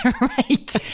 Right